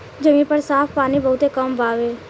जमीन पर साफ पानी बहुत कम बावे